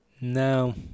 no